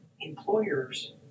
employers